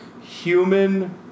Human